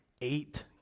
eight